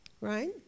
Right